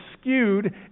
skewed